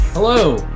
Hello